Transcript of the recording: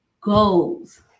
goals